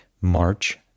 March